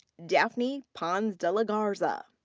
daphne pons de la garza.